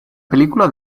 película